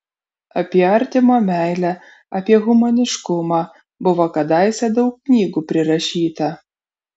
apie artimo meilę apie humaniškumą buvo kadaise daug knygų prirašyta